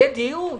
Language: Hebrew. יהיה דיון.